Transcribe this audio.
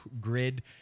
grid